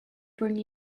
bring